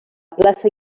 plaça